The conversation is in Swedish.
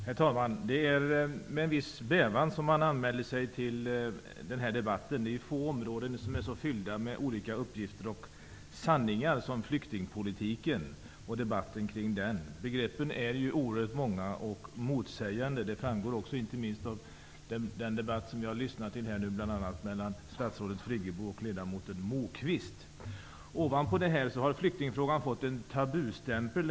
Herr talman! Det är med en viss bävan som jag har anmält mig till den här debatten. Det är få områden som är så fyllda med olika uppgifter och sanningar som flyktingpolitiken och debatten kring denna. Begreppen är oerhört många och motsägande. Detta framgår inte minst av den debatt som jag nu har lyssnat till här, bl.a. mellan statsrådet Friggebo och ledamoten Moquist. Ovanpå detta har flyktingfrågan fått en tabustämpel.